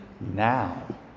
now